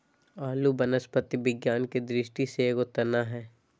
आलू वनस्पति विज्ञान के दृष्टि से एगो तना हइ